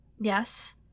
Yes